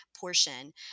portion